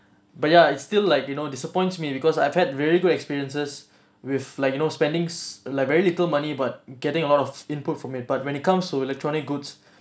but ya it's still like you know disappoints me because I've had very good experiences with like you know spendings like very little money but getting a lot of input from it but when it comes to electronic goods